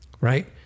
Right